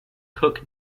cook